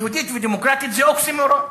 "יהודית ודמוקרטית" זה אוקסימורון.